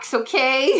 okay